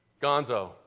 Gonzo